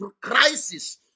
Crisis